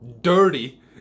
dirty